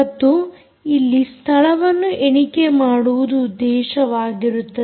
ಮತ್ತು ಇಲ್ಲಿ ಸ್ಥಳವನ್ನು ಎಣಿಕೆ ಮಾಡುವುದು ಉದ್ದೇಶವಾಗಿರುತ್ತದೆ